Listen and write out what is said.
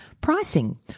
Pricing